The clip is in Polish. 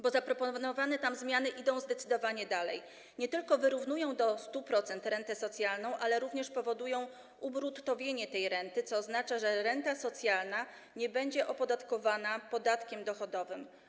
Bo zaproponowane tam zmiany idą zdecydowanie dalej: nie tylko wyrównują do 100% rentę socjalną, ale także powodują ubruttowienie tej renty, co oznacza, że renta socjalna nie będzie opodatkowana podatkiem dochodowym.